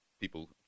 people